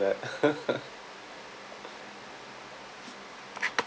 that